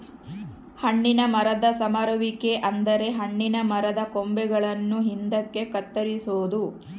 ಹಣ್ಣಿನ ಮರದ ಸಮರುವಿಕೆ ಅಂದರೆ ಹಣ್ಣಿನ ಮರದ ಕೊಂಬೆಗಳನ್ನು ಹಿಂದಕ್ಕೆ ಕತ್ತರಿಸೊದು